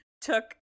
took